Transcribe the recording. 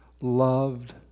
loved